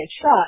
shot